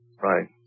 right